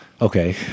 Okay